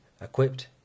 equipped